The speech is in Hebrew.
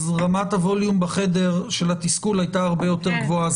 אז רמת הווליום של התסכול בחדר הייתה הרבה יותר גבוהה.